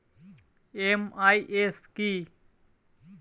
MIS কি?